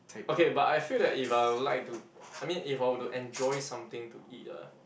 okay but I feel that if I will like to I mean if I were to enjoy something to eat ah